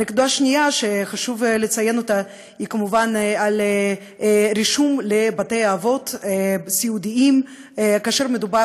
נקודה שנייה שחשוב לציין היא הרישום לבתי-אבות סיעודיים כשמדובר